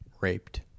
raped